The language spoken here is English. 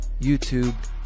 YouTube